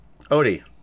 Odie